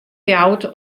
ljouwert